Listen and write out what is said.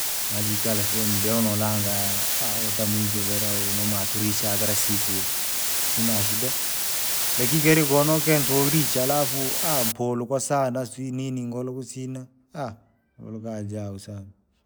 Maaji ikala sehemu muda huo nalangaa utamuujivira huu noaturisha kira siku. Isina shinda, lakikiri kiriko kintu koisha alafu mpulu kwsana sijui nini ngola kusina, luhuka sana.